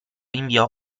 inviò